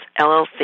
LLC